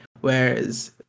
Whereas